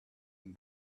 been